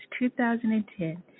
2010